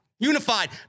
unified